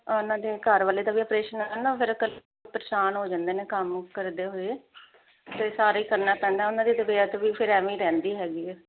ਉਹਨਾਂ ਦੇ ਘਰ ਵਾਲੇ ਦਾ ਵੀ ਆਪਰੇਸ਼ਨ ਹੋਇਆ ਨਾ ਫਿਰ ਕੱਲੀ ਪਰੇਸ਼ਾਨ ਹੋ ਜਾਂਦੇ ਨੇ ਕੰਮ ਕਰਦੇ ਹੋਏ ਤੇ ਸਾਰੇ ਕਰਨਾ ਪੈਂਦਾ ਉਹਨਾਂ ਦੀ ਤਬੀਅਤ ਵੀ ਫਿਰ ਐਵੇਂ ਹੀ ਰਹਿੰਦੀ ਹੈਗੀ ਆ